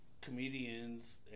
comedians